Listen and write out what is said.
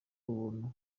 ubuntu